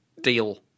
deal